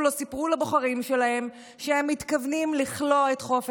לא סיפרו לבוחרים שלהם שהם מתכוונים לכלוא את חופש